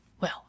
Well